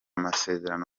masezerano